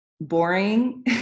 boring